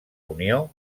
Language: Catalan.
unió